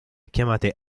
chiamate